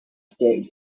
stage